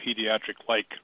pediatric-like